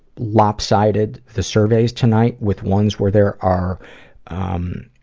lopsided the surveys tonight, with ones where there are um,